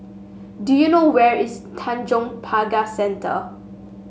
do you know where is Tanjong Pagar Centre